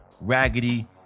raggedy